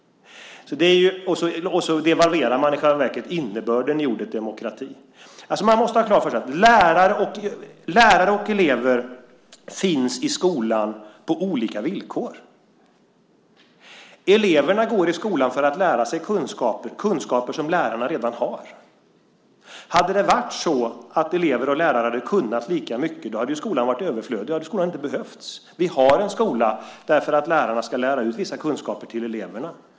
Man devalverar i själva verket innebörden i ordet "demokrati". Man måste ha klart för sig att lärare och elever finns i skolan på olika villkor. Eleverna går i skolan för att lära sig kunskaper som lärarna redan har. Hade det varit så att elever och lärare hade kunnat lika mycket hade skolan varit överflödig. Då skulle inte skolan ha behövts. Vi har en skola därför att lärarna ska lära ut vissa kunskaper till eleverna.